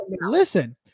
listen